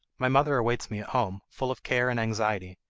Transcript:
my mother awaits me at home, full of care and anxiety.